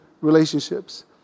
relationships